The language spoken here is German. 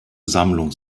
sammlung